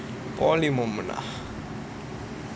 polytechnic moment ah